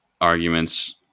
arguments